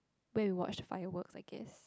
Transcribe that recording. go and watch fireworks I guess